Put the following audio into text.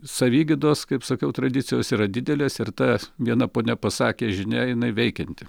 savigydos kaip sakiau tradicijos yra didelės ir tas viena ponia pasakė žinia jinai veikianti